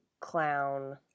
clown